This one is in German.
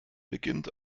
beginnt